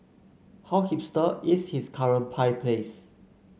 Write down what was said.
how hipster is his current pie place